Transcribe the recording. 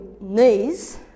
knees